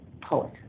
poet